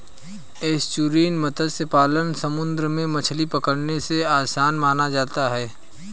estuarine मत्स्य पालन समुंदर में मछली पकड़ने से आसान माना जाता है